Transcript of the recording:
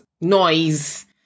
noise